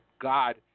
God